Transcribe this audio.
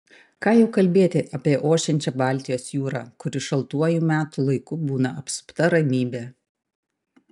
ką jau kalbėti apie ošiančią baltijos jūrą kuri šaltuoju metų laiku būna apsupta ramybe